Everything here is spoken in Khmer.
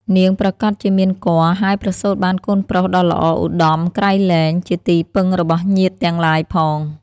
នាងប្រាកដជាមានគភ៌ ហើយប្រសូតបានកូនប្រុសដ៏ល្អឧត្តមក្រៃលែង ជាទីពឹងរបស់ញាតិទាំងឡាយផង។